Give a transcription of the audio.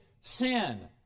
sin